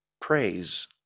praise